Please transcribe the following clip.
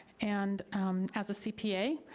and as a cpa,